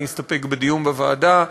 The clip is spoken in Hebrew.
אני אסתפק בדיון בוועדה.